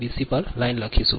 VC પર line લખીશું